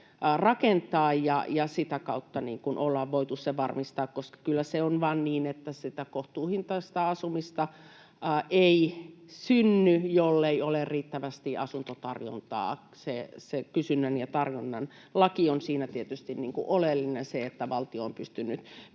rakentaa, ja sitä kautta ollaan voitu se varmistaa. Kyllä se on vain niin, että sitä kohtuuhintaista asumista ei synny, jollei ole riittävästi asuntotarjontaa. Se kysynnän ja tarjonnan laki on siinä tietysti oleellinen ja se, että valtio on pystynyt